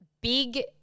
big